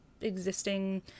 existing